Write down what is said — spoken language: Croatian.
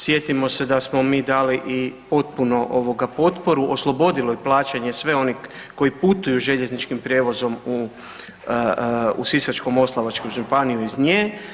Sjetimo se da smo mi dali i potpuno ovoga potporu oslobodilo i plaćanje sve onih koji putuju željezničkim prijevozom u, u Sisačko-moslavačku županiju i iz nje.